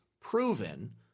proven